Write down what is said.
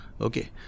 Okay